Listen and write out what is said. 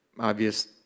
Obvious